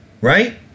Right